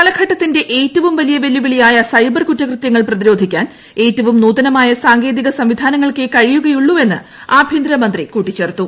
കാലഘട്ടത്തിന്റെ ഏറ്റവും വലിയ വെല്ലുവിളിയായ സൈബ്ദർ കുറ്റകൃത്യങ്ങൾ പ്രതിരോധിക്കാൻ ഏറ്റവും നൂതനമായ സാങ്കേതിക കഴിയുകയുള്ളൂ സംവിധാനങ്ങൾക്കേ എന്ന് ആഭ്യന്തരമന്ത്രി കൂട്ടിച്ചേർത്തു